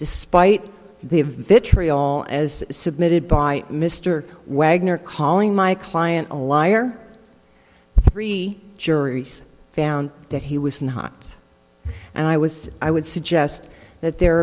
despite the of vitriol as submitted by mr wagner calling my client a liar three juries found that he was not and i was i would suggest that their